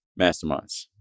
masterminds